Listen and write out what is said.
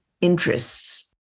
interests